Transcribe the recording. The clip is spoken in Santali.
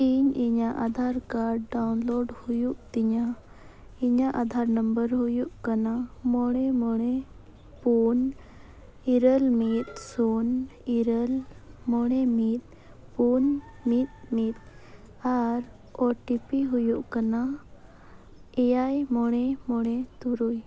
ᱤᱧ ᱤᱧᱟᱹᱜ ᱟᱫᱷᱟᱨ ᱠᱟᱨᱰ ᱰᱟᱣᱩᱱᱞᱳᱰ ᱦᱩᱭᱩᱜ ᱛᱤᱧᱟᱹ ᱤᱧᱟᱹᱜ ᱟᱫᱷᱟᱨ ᱱᱟᱢᱵᱟᱨ ᱦᱩᱭᱩᱜ ᱠᱟᱱᱟ ᱢᱚᱬᱮ ᱢᱚᱬᱮ ᱯᱩᱱ ᱤᱨᱟᱹᱞ ᱢᱤᱫ ᱥᱩᱱ ᱤᱨᱟᱹᱞ ᱢᱚᱬᱮ ᱢᱤᱫ ᱯᱩᱱ ᱢᱤᱫ ᱢᱤᱫ ᱟᱨ ᱳ ᱴᱤ ᱯᱤ ᱦᱩᱭᱩᱜ ᱠᱟᱱᱟ ᱮᱭᱟᱭ ᱢᱚᱬᱮ ᱢᱚᱬᱮ ᱛᱩᱨᱩᱭ